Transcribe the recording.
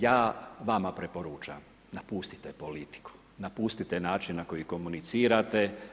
Ja vama preporučam, napustite politiku, napustite način na koji komunicirate.